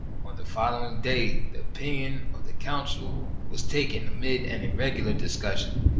on the following day the opinion of the council was taken amid an irregular discussion,